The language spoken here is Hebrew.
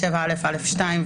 7א(א)(2),